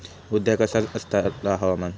उद्या कसा आसतला हवामान?